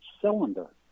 cylinder